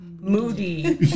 moody